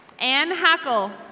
anne hackle.